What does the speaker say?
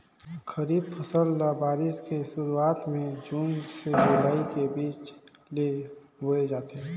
खरीफ फसल ल बारिश के शुरुआत में जून से जुलाई के बीच ल बोए जाथे